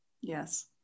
Yes